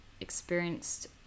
experienced